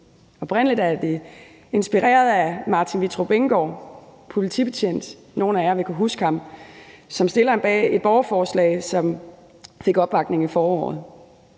Oprindelig er det inspireret af politibetjent Martin Wittrup Enggaard. Nogle af jer vil kunne huske ham som stilleren bag et borgerforslag, som fik opbakning i foråret.